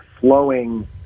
flowing